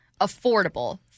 affordable